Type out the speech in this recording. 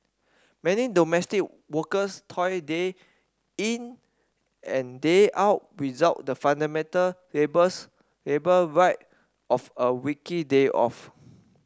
many domestic workers toil day in and day out without the fundamental labours labour right of a weekly day off